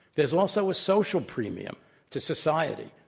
there's also a social premium to society,